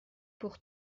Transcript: pour